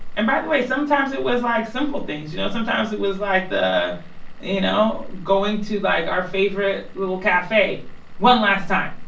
and by the way, sometimes it was like simple things. you know, sometimes it was like the you know, going to, like, our favorite little cafe one last time,